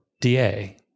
DA